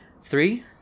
Three